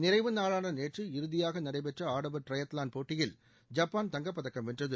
நிறைவு நாளாள நேற்று இறுதியாக நடைபெற்ற ஆடவர் ட்ரைத்லாள் போட்டியில் ஜப்பாள் தங்கப்பதக்கம் வென்றது